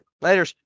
later